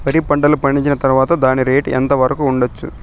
వరి పంటలు పండించిన తర్వాత దాని రేటు ఎంత వరకు ఉండచ్చు